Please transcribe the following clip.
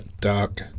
dark